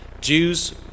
Jews